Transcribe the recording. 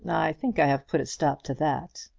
think i have put a stop to that.